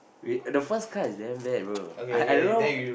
wait the first card is damn bad bro I I don't know